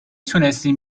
توانستیم